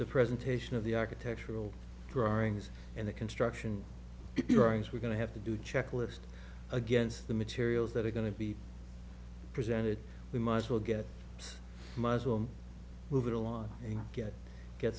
the presentation of the architectural drawings and the construction if your eyes were going to have to do checklist against the materials that are going to be presented we might as well get a muslim moving along and get get